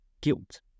guilt